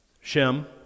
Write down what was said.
Shem